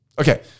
Okay